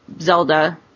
Zelda